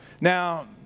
Now